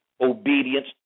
Obedience